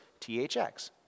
THX